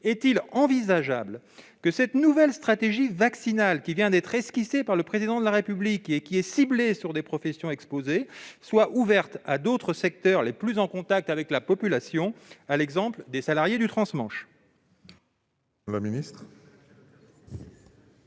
est-il envisageable que la nouvelle stratégie vaccinale esquissée par le Président de la République, et ciblée sur des professions exposées, soit ouverte à d'autres secteurs les plus en contact avec la population, à l'exemple des salariés du trans-Manche ? La parole est à